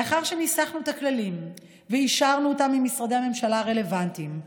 לאחר שניסחנו את הכללים ואישרנו אותם עם משרדי הממשלה הרלוונטיים,